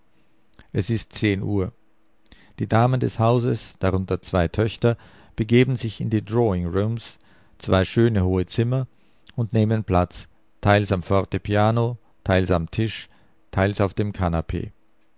es ist zehn uhr die damen des hauses darunter zwei töchter begeben sich in die drawing rooms zwei schöne hohe zimmer und nehmen platz teils am fortepiano teils am tisch teils auf dem kanapee